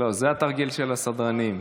זה התרגיל של הסדרנים,